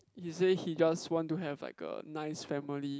he say he just want to have like a nice family